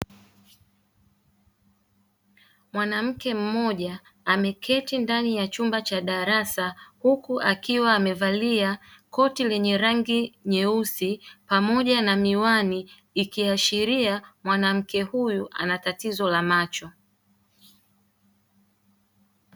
Mwanamke mmoja ameketi ndani ya chumba cha darasa huku akiwa amevalia koti lenye rangi nyeusi pamoja na miwani, ikiashiria mwanamke huyu anatatizo la macho.